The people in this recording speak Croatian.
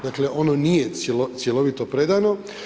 Dakle, ono nije cjelovito predano.